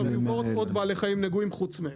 המיובאות עוד בעלי חיים נגועים חוץ מהם.